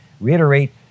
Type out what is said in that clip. reiterate